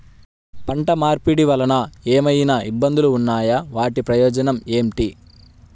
పంట మార్పిడి వలన ఏమయినా ఇబ్బందులు ఉన్నాయా వాటి ప్రయోజనం ఏంటి?